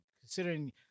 considering